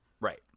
Right